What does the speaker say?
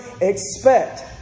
expect